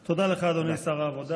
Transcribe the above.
תודה לך, אדוני שר העבודה.